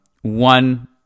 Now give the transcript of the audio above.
One